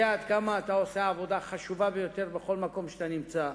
יודע עד כמה אתה עושה עבודה חשובה ביותר בכל מקום שאתה נמצא,